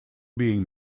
being